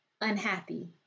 unhappy